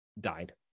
died